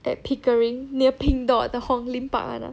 at pickering near pink dot the hong lim park [one] ah